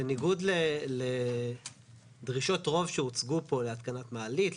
בניגוד לדרישות רוב שהוצגו פה להתקנת מעלית,